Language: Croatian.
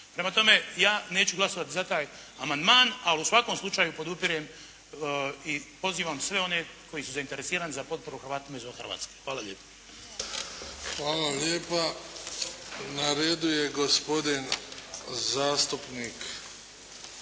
Prema tome, ja neću glasovati za taj amandman. Ali u svakom slučaju podupirem i pozivam sve one koji su zainteresirani za potporu Hrvatima izvan Hrvatske. Hvala lijepo. **Bebić, Luka (HDZ)** Hvala lijepa. Na redu je gospodin zastupnik